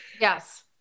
Yes